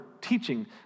teaching